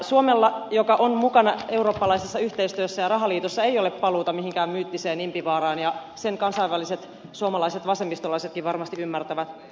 suomella joka on mukana eurooppalaisessa yhteistyössä ja rahaliitossa ei ole paluuta mihinkään myyttiseen impivaaraan ja sen kansainväliset suomalaiset vasemmistolaisetkin varmasti ymmärtävät